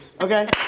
Okay